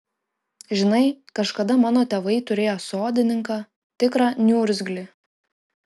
žinai kažkada mano tėvai turėjo sodininką tikrą niurgzlį